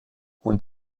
und